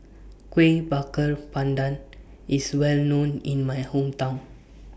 Kuih Bakar Pandan IS Well known in My Hometown